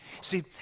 See